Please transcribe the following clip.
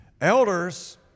Elders